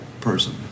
person